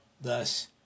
Thus